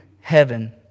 heaven